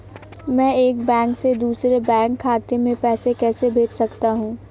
मैं एक बैंक से दूसरे बैंक खाते में पैसे कैसे भेज सकता हूँ?